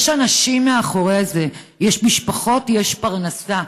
יש אנשים מאחורי זה, יש משפחות, יש פרנסה.